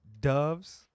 doves